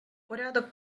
порядок